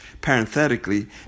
Parenthetically